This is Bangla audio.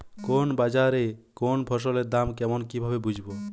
কোন বাজারে কোন ফসলের দাম কেমন কি ভাবে বুঝব?